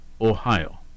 Ohio